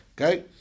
Okay